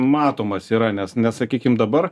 matomas yra nes nes sakykim dabar